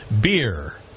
Beer